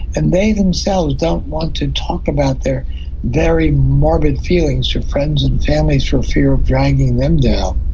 and they themselves don't want to talk about their very morbid feelings to friends and families for fear of dragging them down.